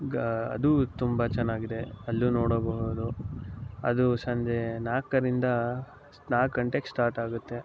ಈಗ ಅದೂ ತುಂಬ ಚೆನ್ನಾಗಿದೆ ಅಲ್ಲೂ ನೋಡಬಹುದು ಅದು ಸಂಜೆ ನಾಲ್ಕರಿಂದ ನಾಲ್ಕು ಗಂಟೆಗೆ ಸ್ಟಾರ್ಟ್ ಆಗುತ್ತೆ